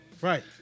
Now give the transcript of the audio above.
Right